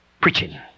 preaching